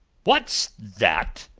what's that?